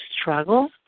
struggle